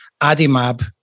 Adimab